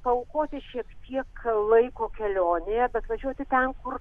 paaukoti šiek tiek laiko kelionėje bet važiuosi ten kur